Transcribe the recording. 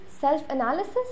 self-analysis